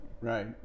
right